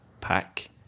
pack